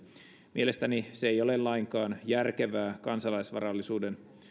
mielestäni se ei ole lainkaan järkevää kansalaisvarallisuuden